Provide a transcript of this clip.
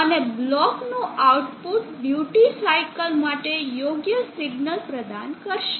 અને બ્લોકનું output duty cycle માટે યોગ્ય સિગ્નલ પ્રદાન કરશે